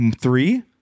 three